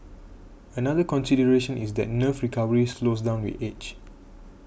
another consideration is that nerve recovery slows down with age